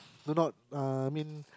do not uh I mean